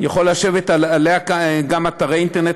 יכולים לשבת עליה כמה אתרי אינטרנט,